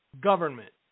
government